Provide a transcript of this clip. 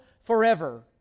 forever